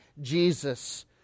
Jesus